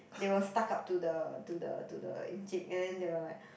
they will stuck up to the to the to the encik and then they will like